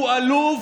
הוא עלוב,